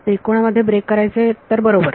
त्रिकोणा मध्ये ब्रेक करायचे तर बरोबर